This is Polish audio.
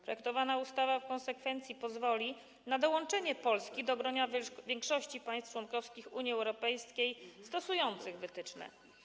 Projektowana ustawa w konsekwencji pozwoli na dołączenie Polski do grona większości państw członkowskich Unii Europejskiej stosujących wytyczne.